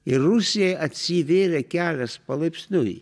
ir rusijai atsivėrė kelias palaipsniui